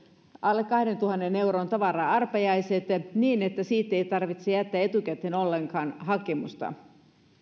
alle kahdentuhannen euron tavara arpajaiset niin että siitä ei tarvitse jättää etukäteen ollenkaan hakemusta